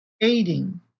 aiding